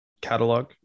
catalog